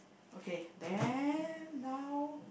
okay then now